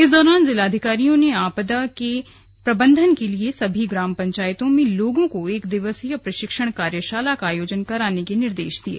इस दौरान जिलाधिकारी ने आपदा प्रबन्धन के लिए सभी ग्राम पंचायत में लोगों को एक दिवसीय प्रशिक्षण कार्यशाला का आयोजन कराने के निर्देश दिये